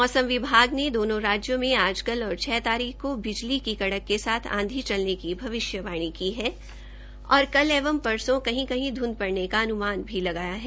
मौसम विभाग ने दोनों राज्यों में आज कल और छ तारीख को बिजली की कड़क के साथ आंधी चलने की भविष्यवाणी की है और कल एवं परसों कही कही ध्ध पड़ने का अन्मान भी लगाया है